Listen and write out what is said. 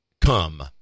come